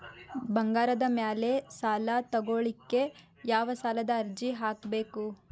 ಬಂಗಾರದ ಮ್ಯಾಲೆ ಸಾಲಾ ತಗೋಳಿಕ್ಕೆ ಯಾವ ಸಾಲದ ಅರ್ಜಿ ಹಾಕ್ಬೇಕು?